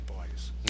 boys